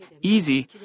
easy